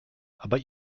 aber